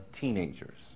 teenagers